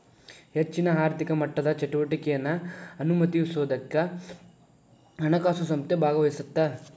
ಹೆಚ್ಚಿನ ಆರ್ಥಿಕ ಮಟ್ಟದ ಚಟುವಟಿಕೆನಾ ಅನುಮತಿಸೋದಕ್ಕ ಹಣಕಾಸು ಸಂಸ್ಥೆ ಭಾಗವಹಿಸತ್ತ